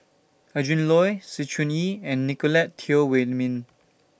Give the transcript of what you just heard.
Adrin Loi Sng Choon Yee and Nicolette Teo Wei Min